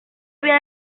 había